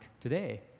today